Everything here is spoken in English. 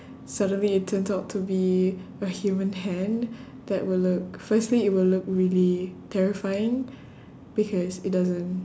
suddenly it turns out to be a human hand that would look firstly it would look really terrifying because it doesn't